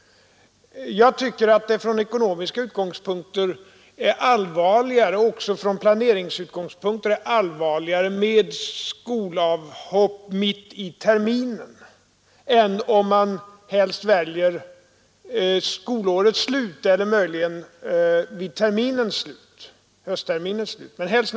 Jag tycker att det från ekonomiska och planeringsmässiga utgångs punkter är allvarligare med skolavhopp mitt i terminen än — naturligtvis helst — vid skolårets slut men möjligen också vid höstterminens slut.